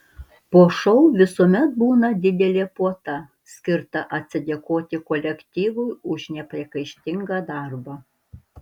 po šou visuomet būna didelė puota skirta atsidėkoti kolektyvui už nepriekaištingą darbą